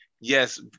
yes